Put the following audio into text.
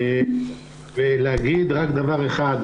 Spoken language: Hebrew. אני רוצה להגיד רק דבר אחד,